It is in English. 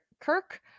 kirk